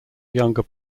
younger